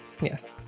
Yes